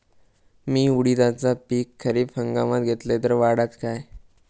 मी उडीदाचा पीक खरीप हंगामात घेतलय तर वाढात काय?